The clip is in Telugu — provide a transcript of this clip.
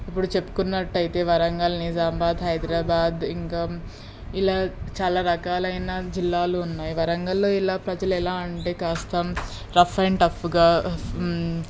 ఇప్పుడు చెప్పుకున్నట్టయితే వరంగల్ నిజామాబాదు హైదరాబాదు ఇంకా ఇలా చాలా రకాలైన జిల్లాలు ఉన్నాయి వరంగలులో ఇలా ప్రజలు ఎలా అంటే కాస్త రఫ్ అండ్ టఫ్గా